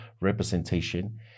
representation